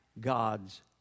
God's